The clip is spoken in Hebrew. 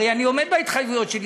הרי אני עומד בהתחייבויות שלי